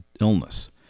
illness